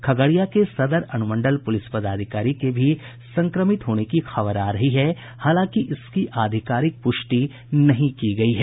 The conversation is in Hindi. खगड़िया के सदर अनुमंडल पुलिस पदाधिकारी के भी संक्रमित होने की खबर आ रही है हालांकि इसकी आधिकारिक पुष्टि नहीं की गयी है